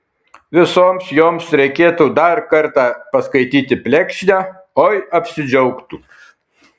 visoms joms reikėtų dar kartą paskaityti plekšnę oi apsidžiaugtų